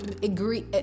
agree